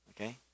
okay